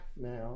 now